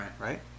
right